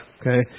okay